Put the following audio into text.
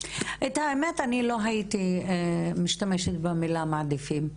האמת היא שאני לא הייתי משתמשת במילה "מעדיפים",